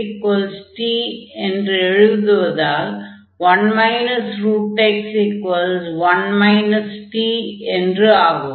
xt என்று எழுதுவதால் 1 x1 t என்று ஆகும்